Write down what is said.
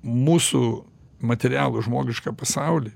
mūsų materialų žmogišką pasaulį